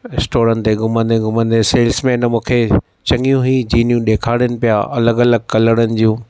स्टोरनि ते घुमंदे घुमंदे सेल्समेन मूंखे चङियूं ही जीनियूं ॾेखारिन पिया अलॻि अलॻि कलरनि जूं